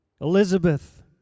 Elizabeth